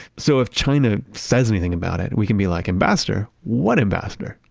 so if china says anything about it, we can be like, ambassador, what ambassador?